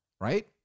right